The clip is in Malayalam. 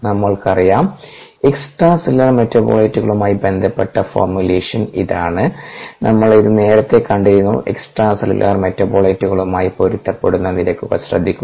നമുക്കറിയാം എക്സ്ട്രാ സെല്ലുലാർ മെറ്റബോളിറ്റുകളുമായി ബന്ധപ്പെട്ട ഫോർമുലേഷൻ ഇതാണ് നമ്മൾ അത് നേരത്തെ കണ്ടിരുന്നു എക്സ്ട്രാസെല്ലുലാർ മെറ്റബോളിറ്റുകളുമായി പൊരുത്തപ്പെടുന്ന നിരക്കുകൾ ശ്രദ്ധിക്കുക